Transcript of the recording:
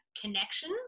connection